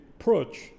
approach